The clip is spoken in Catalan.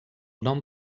nom